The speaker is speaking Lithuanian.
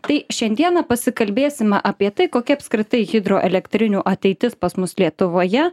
tai šiandieną pasikalbėsime apie tai kokia apskritai hidroelektrinių ateitis pas mus lietuvoje